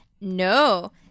no